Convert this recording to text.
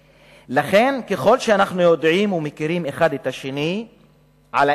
לכן, ככל שאנחנו יודעים ומכירים אחד את השני באמת,